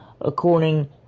according